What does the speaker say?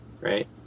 right